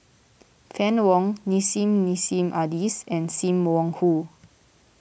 Fann Wong Nissim Nassim Adis and Sim Wong Hoo